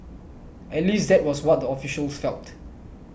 at least that was what the officials felt